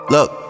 Look